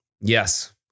yes